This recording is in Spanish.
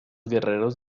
guerreros